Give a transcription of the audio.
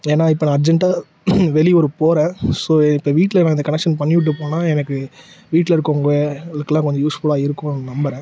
ஏன்னா இப்போ நான் அர்ஜெண்ட்டாக வெளியூர் போகிறேன் ஸோ ஏ இப்போ வீட்டில் நான் அதை கனெக்ஷன் பண்ணி விட்டு போனால் எனக்கு வீட்டில் இருக்கறவுங்களுக்கெல்லாம் கொஞ்சம் யூஸ்ஃபுல்லாக இருக்கும்னு நான் நம்புறேன்